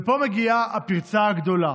ופה מגיעה הפרצה הגדולה